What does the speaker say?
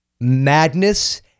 madness